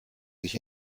sich